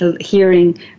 hearing